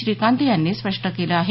श्रीकांत यांनी स्पष्ट केलं आहे